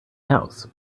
house